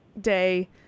day